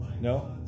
No